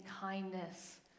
kindness